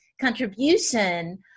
contribution